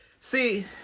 See